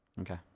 Okay